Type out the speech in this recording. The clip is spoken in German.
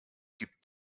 gibt